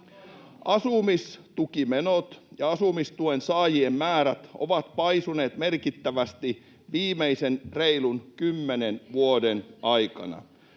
Asumistukimenot ja asumistuen saajien määrät ovat paisuneet merkittävästi viimeisen reilun kymmenen vuoden aikana.